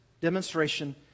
demonstration